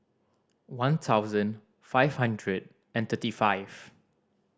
one thousand five hundred and thirty five